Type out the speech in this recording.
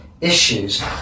issues